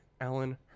Alan